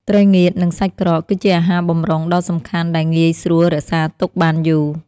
ត្រីងៀត និងសាច់ក្រក គឺជាអាហារបម្រុងដ៏សំខាន់ដែលងាយស្រួលរក្សាទុកបានយូរ។